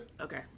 Okay